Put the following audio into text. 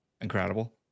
incredible